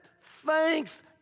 thanks